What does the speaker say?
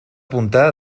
punta